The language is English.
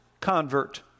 convert